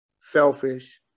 selfish